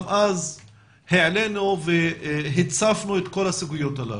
אז העלינו והצפנו את כל הסוגיות הללו.